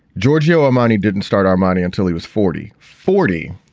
giorgio armani didn't start armani until he was forty, forty.